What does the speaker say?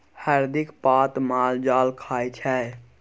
हरदिक पात माल जाल खाइ छै